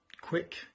quick